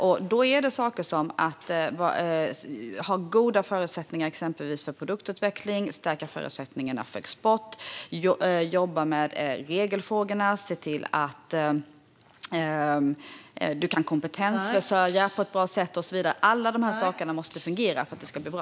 Det handlar om sådant som att ha goda förutsättningar exempelvis för produktutveckling, att stärka förutsättningarna för export, att jobba med regelfrågorna, att se till att kunna kompetensförsörja på ett bra sätt och så vidare. Alla de här sakerna måste fungera för att det ska bli bra.